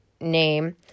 name